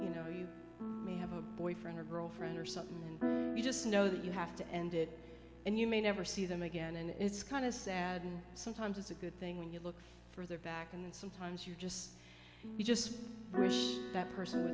you know you have a boyfriend or girlfriend or something you just know that you have to end it and you may never see them again and it's kind of sad and sometimes it's a good thing when you look further back and sometimes you just you just that person